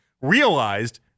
realized